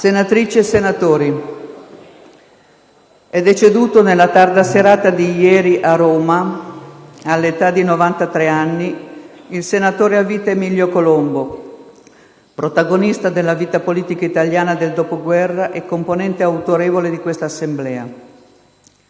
Senatrici e senatori, è deceduto nella tarda serata di ieri a Roma, all'età di 93 anni, il senatore a vita Emilio Colombo, protagonista della vita politica italiana del dopoguerra e componente autorevole di questa Assemblea.